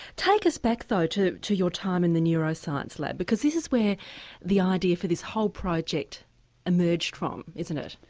take us back though to to your time in the neuroscience lab because this is where the idea for this whole project emerged from, isn't it?